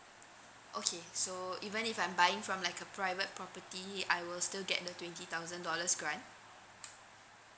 okay so even if I'm buying from like a private property I will still get the twenty thousand dollars grant